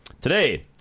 Today